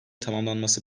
tamamlanması